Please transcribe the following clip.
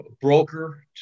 broker